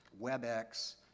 WebEx